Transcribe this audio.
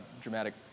dramatic